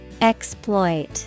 Exploit